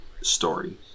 story